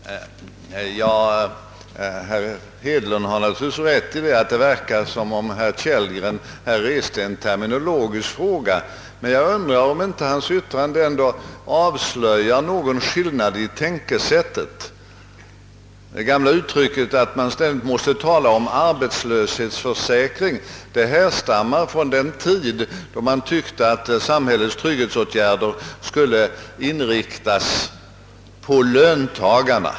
Herr talman! Herr Hedlund har naturligtvis rätt i att det verkar som om herr Kellgren har ställt en terminologisk fråga, men jag undrar om inte hans yttrande ändå avslöjar någon skillnad i själva tänkesättet. Det gamla sättet att ständigt tala om arbetslöshetsförsäkring härstammar från den tid då man i allmänhet tyckte att samhällets sociala trygghetsåtgärder skulle inriktas enbart på löntagarna.